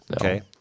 Okay